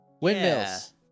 Windmills